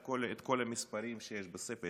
את כל המספרים שיש בספר.